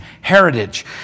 heritage